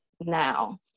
now